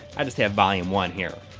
i just have volume one here.